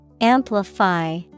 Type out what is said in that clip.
Amplify